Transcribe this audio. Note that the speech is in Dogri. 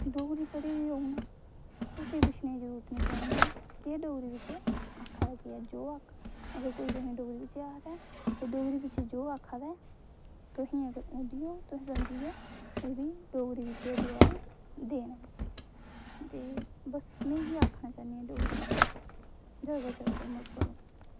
डोगरी पढ़ी दी होग ना कुसै गी पुच्छने दी जरुरत नेईं पौनी ऐ कि डोगरी बिच आक्खै दे केह् न अगर तुसें गी कोई डोगरी बिच आखेआ ऐ ते डोगरी बिच जो आक्खै दा ऐ तुसें अगर औंदी होग तुसें समझी जानी ऐ तुसें ओह्दा डोगरी बिच जवाब देना ऐ दे बस में इ'यै आखना चाह्न्नी आं डोगरी जैदा कोला जैदा प्रमोट करो